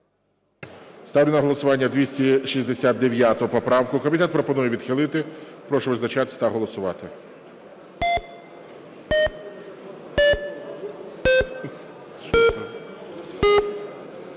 Ставлю на голосування 295 поправку, комітет пропонує відхилити. Прошу визначатись та голосувати.